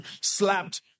slapped